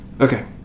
Okay